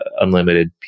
unlimited